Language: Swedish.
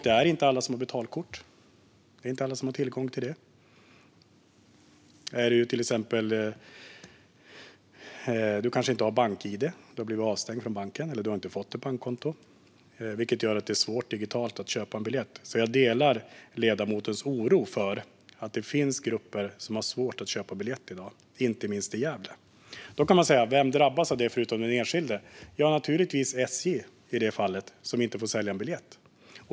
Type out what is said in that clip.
Det är inte alla som har tillgång till betalkort. Du kanske inte har bank-id, eller du har blivit avstängd från banken eller har inte fått ett bankkonto. Det gör det svårt att köpa en biljett digitalt. Jag delar alltså ledamotens oro för att det finns grupper som har svårt att köpa biljett i dag, inte minst i Gävle. Vem drabbas då av detta, förutom den enskilde? I det fallet naturligtvis SJ, som inte får sälja en biljett.